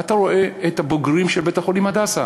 אתה רואה את הבוגרים של בית-החולים "הדסה":